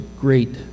great